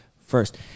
first